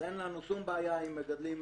אין לנו שום בעיה עם מגדלים.